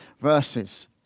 verses